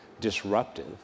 disruptive